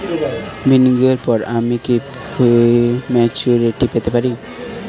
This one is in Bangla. বিনিয়োগের পর আমি কি প্রিম্যচুরিটি পেতে পারি?